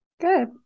Good